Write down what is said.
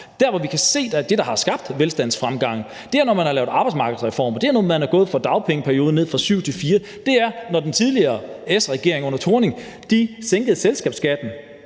der har været. Det, vi kan se har skabt velstandsfremgangen, er, når man har lavet arbejdsmarkedsreformer. Det er, når man er gået fra en dagpengeperiode på 7 år til 4 år. Det er, når den tidligere regering under Helle Thorning-Schmidt sænkede selskabsskatten.